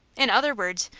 in other words,